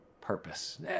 purpose